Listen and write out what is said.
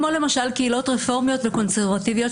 כמו למשל קהילות רפורמיות וקונסרבטיביות,